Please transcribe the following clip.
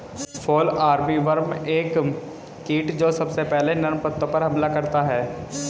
fall armyworm एक कीट जो सबसे पहले नर्म पत्तों पर हमला करता है